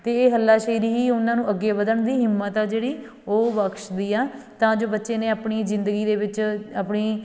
ਅਤੇ ਇਹ ਹੱਲਾਸ਼ੇਰੀ ਹੀ ਉਹਨਾਂ ਨੂੰ ਅੱਗੇ ਵੱਧਣ ਦੀ ਹਿੰਮਤ ਹੈ ਜਿਹੜੀ ਉਹ ਬਖਸ਼ਦੀ ਹੈ ਤਾਂ ਜੋ ਬੱਚੇ ਨੇ ਆਪਣੀ ਜ਼ਿੰਦਗੀ ਦੇ ਵਿੱਚ ਆਪਣੀ